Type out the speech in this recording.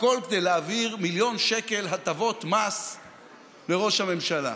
הכול כדי להעביר מיליון שקל הטבות מס לראש הממשלה.